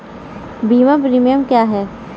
बीमा प्रीमियम क्या है?